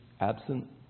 absent